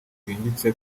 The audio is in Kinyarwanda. bwimbitse